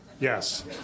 Yes